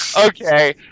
Okay